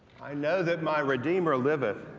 i know that my redeemer liveth